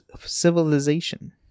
Civilization